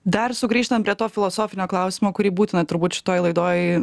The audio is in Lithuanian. dar sugrįžtant prie to filosofinio klausimo kurį būtina turbūt šitoj laidoj